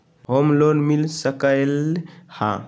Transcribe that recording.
Home loan मिल सकलइ ह?